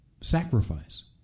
sacrifice